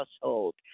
household